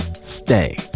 Stay